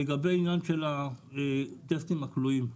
לגבי העניין של הטסטים הכלואים,